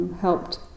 helped